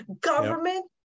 Government